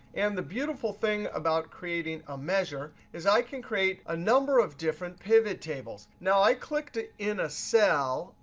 and the beautiful thing about creating a measure is i can create a number of different pivot tables. now, i clicked ah in a cell.